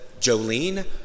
Jolene